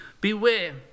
beware